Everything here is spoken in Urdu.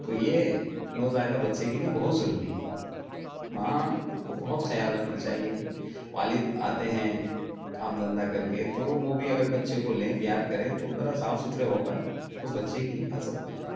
تو یہ نوزائیدہ بچے کے لیے بہت ضروری ہے ماں کو بہت خیال رکھنا چاہیے والد آتے ہیں کام دھندہ کر کے تو وہ بھی اگر بچے کو لیں پیار کریں تو ذرا صاف ستھرے ہو کر اس بچے کی حفاظت میں رہیں